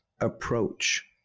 approach